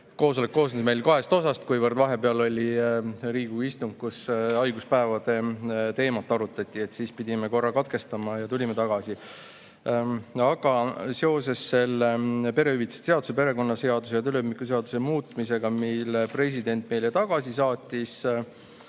Koosolek koosnes meil kahest osast. Kuivõrd vahepeal oli Riigikogu istung, kus arutati haiguspäevade teemat, siis pidime korra katkestama ja tulime tagasi. Seoses selle perehüvitiste seaduse, perekonnaseaduse ja töölepingu seaduse muutmisega, mille president meile tagasi saatis,